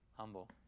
humble